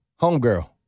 homegirl